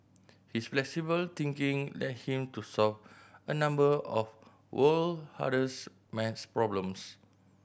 his flexible thinking led him to solve a number of world hardest math problems